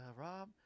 Rob